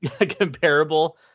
comparable